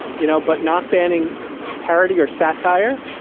you know, but not banning parody or satire.